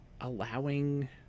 allowing